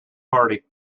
party